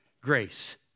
Grace